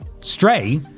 Stray